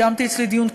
קיימתי אצלי דיון,